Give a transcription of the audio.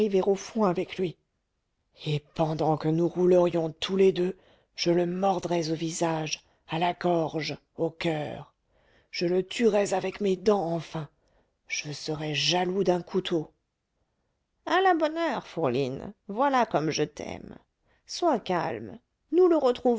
au fond avec lui et pendant que nous roulerions tous les deux je le mordrais au visage à la gorge au coeur je le tuerais avec mes dents enfin je serais jaloux d'un couteau à la bonne heure fourline voilà comme je t'aime sois calme nous le